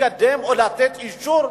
לקדם או לתת לו אישור.